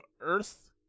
Earth